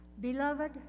Beloved